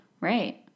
right